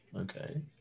Okay